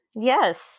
Yes